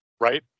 Right